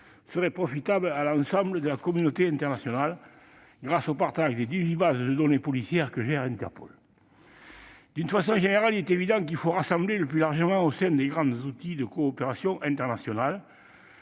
serait profitable à l'ensemble de la communauté internationale, grâce au partage des dix-huit bases de données policières que gère Interpol. D'une façon générale, il est évident qu'il faut rassembler le plus largement au sein des grands outils de coopération internationale.